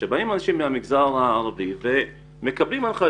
שבאים אנשים מהחברה הערבית ומקבלים הנחיה בעברית,